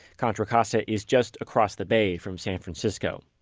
contra costa is just across the bay from san francisco.